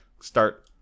start